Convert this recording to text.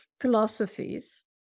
philosophies